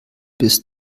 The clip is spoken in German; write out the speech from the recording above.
bis